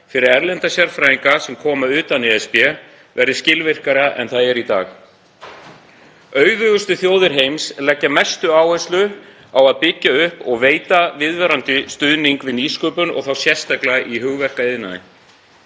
fyrir erlenda sérfræðinga sem koma hingað frá löndum utan ESB verði skilvirkara en það er í dag. Auðugustu þjóðir heims leggja mesta áherslu á að byggja upp og veita viðvarandi stuðning við nýsköpun og þá sérstaklega í hugverkaiðnaði.